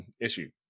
issue